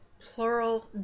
plural